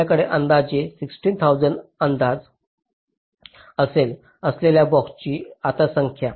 आपल्याकडे अंदाजे अंदाजे 16000 अंदाज असलेल्या बॉक्सची आता संख्या